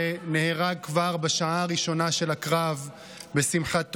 שנהרג כבר בשעה הראשונה של הקרב בשמחת תורה.